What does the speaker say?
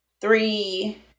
three